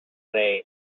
late